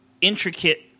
intricate